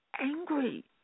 angry